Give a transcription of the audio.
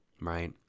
right